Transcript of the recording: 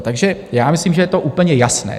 Takže já myslím, že je to úplně jasné.